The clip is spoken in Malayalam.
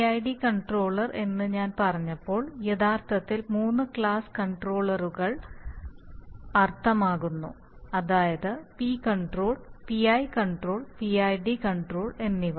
പിഐഡി കൺട്രോളർ എന്ന് ഞാൻ പറഞ്ഞപ്പോൾ യഥാർത്ഥത്തിൽ മൂന്ന് ക്ലാസ് കൺട്രോളറുകൾ അർത്ഥമാക്കുന്നു അതായത് P control PI control PID control എന്നിവ